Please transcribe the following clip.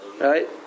Right